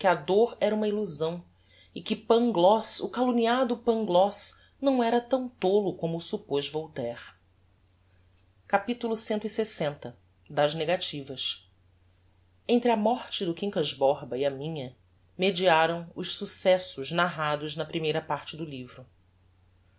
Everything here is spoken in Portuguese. dor era uma illusão e que pangloss o calumniado pangloss não era tão tolo como o suppoz voltaire capitulo clx das negativas entre a morte do quincas borba e a minha mediaram os successos narrados na primeira parte do livro